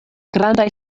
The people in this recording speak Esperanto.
grandaj